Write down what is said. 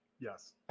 yes